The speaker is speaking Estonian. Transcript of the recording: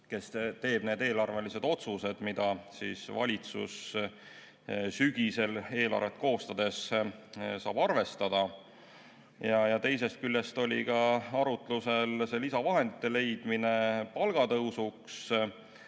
kes teeks need eelarvelised otsused, mida valitsus sügisel eelarvet koostades saaks arvestada. Teisest küljest oli arutlusel lisavahendite leidmine palgatõusuks.